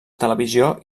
televisió